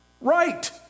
right